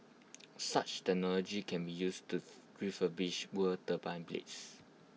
such technology can be used to refurbish worn turbine blades